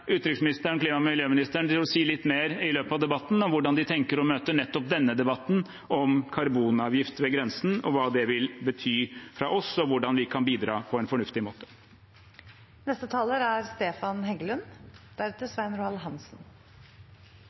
utenriksministeren og klima- og miljøministeren til å si litt mer i løpet av debatten om hvordan de tenker å møte denne debatten om karbonavgift ved grensen, hva det vil betyr for oss, og hvordan vi kan bidra på en fornuftig måte.